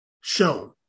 shown